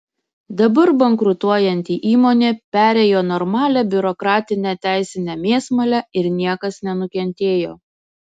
dabar bankrutuojanti įmonė perėjo normalią biurokratinę teisinę mėsmalę ir niekas nenukentėjo